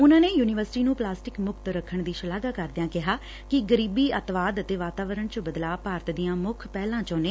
ਉਨੂਾ ਨੇ ਯੁਨੀਵਰਸਿਟੀ ਨੂੰ ਪਲਾਸਟਿਕ ਮੁਕਤ ਰੱਖਣ ਦੀ ਸ਼ਲਾਘਾ ਕਰਦਿਆਂ ਕਿਹਾ ਕਿ ਗਰੀਬੀ ਅੱਤਵਾਦ ਅਤੇ ਵਾਤਾਵਰਣ ਚ ਬਦਲਾਅ ਭਾਰਤ ਦੀਆਂ ਮੁੱਖ ਪਹਿਲਾਂ ਵਿਚੋਂ ਨੇ